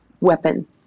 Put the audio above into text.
weapon